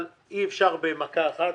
אבל אי אפשר במכה אחרת.